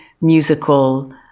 musical